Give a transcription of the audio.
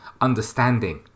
understanding